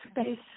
space